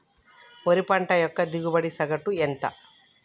వరి పంట యొక్క దిగుబడి సగటు ధర ఎంత?